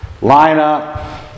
lineup